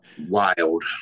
wild